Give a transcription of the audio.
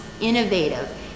innovative